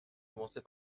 commencer